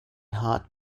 heart